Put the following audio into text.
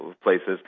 places